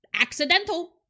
Accidental